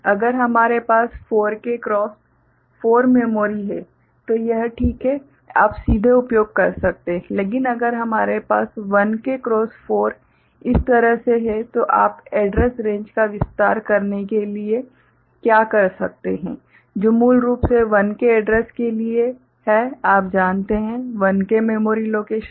अगर हमारे पास 4K क्रॉस 4 मेमोरी है तो यह ठीक है आप सीधे उपयोग कर सकते हैं लेकिन अगर आपके पास 1K क्रॉस 4 इस तरह से है तो आप एड्रैस रेंज का विस्तार करने के लिए क्या कर सकते हैं जो मूल रूप से 1K एड्रैस के लिए है आप जानते हैं 1K मेमोरी लोकेशन